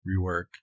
rework